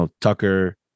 Tucker